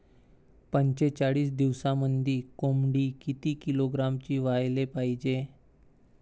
पंचेचाळीस दिवसामंदी कोंबडी किती किलोग्रॅमची व्हायले पाहीजे?